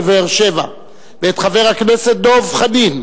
בבאר-שבע ואת חבר הכנסת דב חנין,